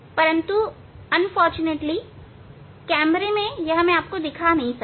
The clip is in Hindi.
दुर्भाग्यवश कैमरे में मैं यह नहीं दिखा सकता